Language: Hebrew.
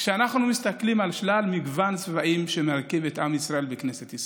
כשאנחנו מסתכלים על שלל הצבעים שמרכיבים את עם ישראל ואת כנסת ישראל,